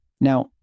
Now